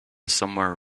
somewhere